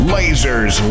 Lasers